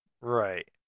Right